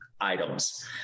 items